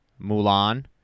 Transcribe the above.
Mulan